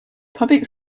public